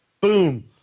Boom